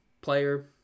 player